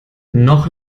noch